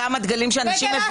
הטענה לדגלי אש"ף,